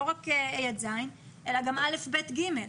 לא רק ה' עד ז' אלא גם א', ב' ו-ג'.